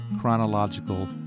chronological